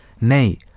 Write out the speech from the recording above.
Nay